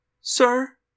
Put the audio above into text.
Sir